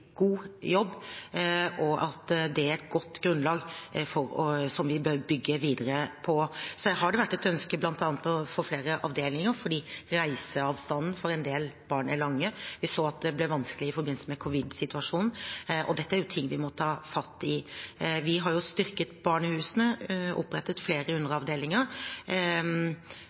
god jobb, og at det er et godt grunnlag som vi bør bygge videre på. Så har det vært et ønske bl.a. å få flere avdelinger, fordi reiseavstanden for en del barn er lang. Vi så at det ble vanskelig i forbindelse med covid-situasjonen. Dette er ting vi må ta fatt i. Vi har styrket barnehusene og opprettet flere underavdelinger.